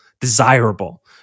desirable